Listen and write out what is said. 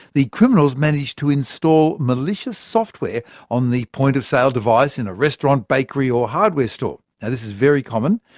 the criminals manage to install malicious software on the point-of-sale device in a restaurant, bakery or hardware store. and this is very common.